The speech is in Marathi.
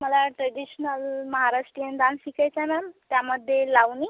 मला ट्रेडीशनल महाराष्ट्रीयन डान्स शिकायचा आहे मॅम त्यामध्ये लावणी